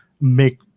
make